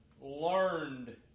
learned